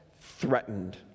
threatened